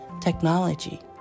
technology